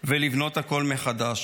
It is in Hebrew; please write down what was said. ולבנות הכול מחדש.